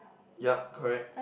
yup correct